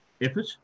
effort